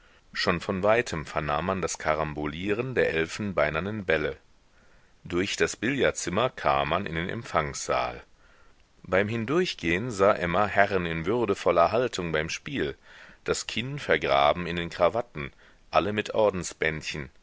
schon von weitem vernahm man das karambolieren der elfenbeinernen bälle durch das billardzimmer kam man in den empfangssaal beim hindurchgehen sah emma herren in würdevoller haltung beim spiel das kinn vergraben in den krawatten alle mit